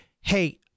hey